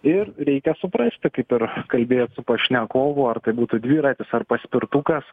ir reikia suprasti kaip ir kalbėjot su pašnekovu ar tai būtų dviratis ar paspirtukas